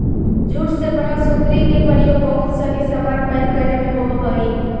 jute से बनल सुतरी के प्रयोग बहुत सनी सामान पैक करे में होवऽ हइ